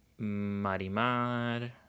marimar